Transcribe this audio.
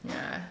yeah